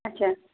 اچھا